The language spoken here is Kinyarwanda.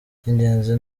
ikingenzi